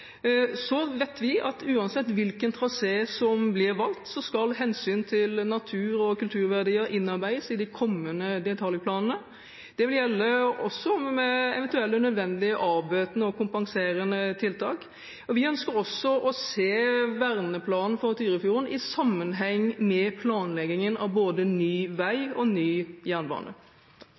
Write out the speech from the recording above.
Så vet vi at uansett hvilken trasé som blir valgt, skal hensyn til natur og kulturverdier innarbeides i de kommende detaljplanene. Det vil gjelde også for eventuelle nødvendige avbøtende og kompenserende tiltak. Vi ønsker også å se verneplanen for Tyrifjorden i sammenheng med planleggingen av både ny vei og ny jernbane.